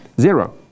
Zero